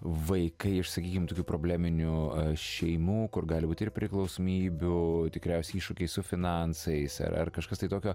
vaikai iš sakykim tokių probleminių šeimų kur gali būt ir priklausomybių tikriausiai iššūkiai su finansais ar ar kažkas tai tokio